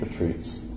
retreats